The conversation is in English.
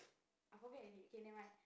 I forget already okay never mind